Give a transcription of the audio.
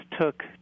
took